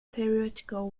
theoretical